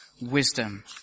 wisdom